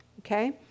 okay